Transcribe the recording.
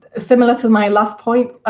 similar to my last point,